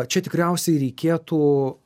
čia tikriausiai reikėtų